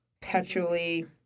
Perpetually